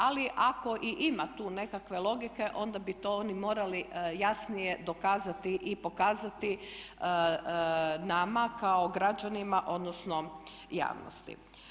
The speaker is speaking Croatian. Ali ako i ima tu nekakve logike, onda bi to oni morali jasnije dokazati i pokazati nama kao građanima, odnosno javnosti.